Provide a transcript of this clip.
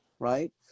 Right